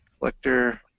Collector